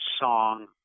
song